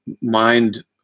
Mind